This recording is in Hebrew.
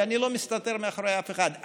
ואני לא מסתתר מאחורי אף אחד,